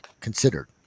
considered